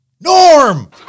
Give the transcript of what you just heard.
Norm